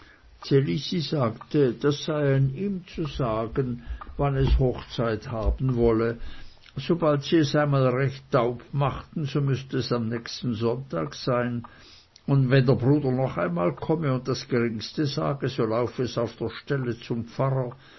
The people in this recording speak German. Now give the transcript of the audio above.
elisi sagte das sei an ihm zu sagen wann es hochzeit haben wolle sobald sie es einmal recht taub machten so müßte es am nächsten sonntag sein und wenn der bruder noch einmal komme und das geringste sage so laufe es auf der stelle zum pfarrer